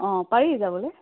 অঁ পাৰি যাবলৈ